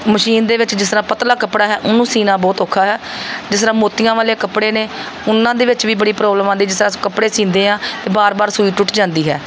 machine ਦੇ ਵਿੱਚ ਜਿਸ ਤਰ੍ਹਾਂ ਪਤਲਾ ਕੱਪੜਾ ਹੈ ਉਹਨੂੰ ਸਿਉਂਣਾ ਬਹੁਤ ਔਖਾ ਹੈ ਜਿਸ ਤਰ੍ਹਾਂ ਮੋਤੀਆਂ ਵਾਲੇ ਕੱਪੜੇ ਨੇ ਉਹਨਾਂ ਦੇ ਵਿੱਚ ਵੀ ਬੜੀ ਪ੍ਰੋਬਲਮ ਆਉਂਦੀ ਹੈ ਜਿਸ ਤਰ੍ਹਾਂ ਅਸੀਂ ਕੱਪੜੇ ਸਿਉਂਦੇ ਹਾਂ ਅਤੇ ਵਾਰ ਵਾਰ ਸੂਈ ਟੁੱਟ ਜਾਂਦੀ ਹੈ